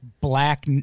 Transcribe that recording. black